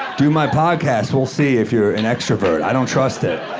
do my podcast. we'll see if you're an extrovert. i don't trust it.